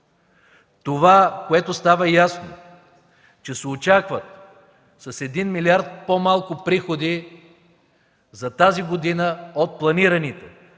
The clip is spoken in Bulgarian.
Това, което става ясно, е, че се очакват с 1 милиард по-малко приходи за тази година от планираните,